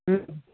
हम्म